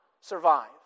survive